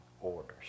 Orders